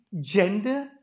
gender